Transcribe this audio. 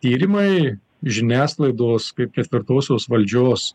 tyrimai žiniasklaidos kaip ketvirtosios valdžios